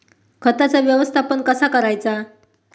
खताचा व्यवस्थापन कसा करायचा?